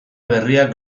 berriak